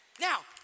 Now